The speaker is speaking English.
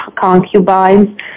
concubines